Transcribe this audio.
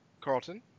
Carlton